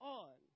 on